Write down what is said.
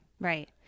Right